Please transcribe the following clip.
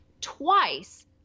twice